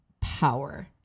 power